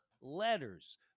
letters